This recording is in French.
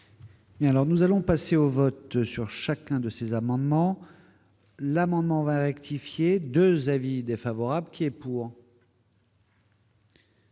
nous allons passer au vote sur chacun de ces amendements, l'amendement va rectifier 2 avis défavorables qui est pour.